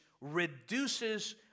reduces